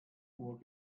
uhr